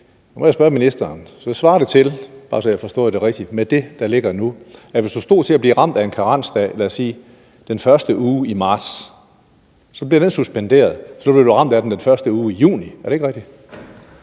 jeg må spørge ministeren: Svarer det til – hvis jeg har forstået det rigtigt med det, der ligger nu – at hvis man stod til at blive ramt af en karensdag, lad os sige i den første uge i marts, så bliver den suspenderet, men man vil blive ramt af den i den første uge i juni? Er det rigtigt?